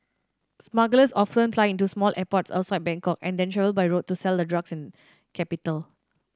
smugglers often fly into smaller airports outside Bangkok and then travel by road to sell the drugs in capital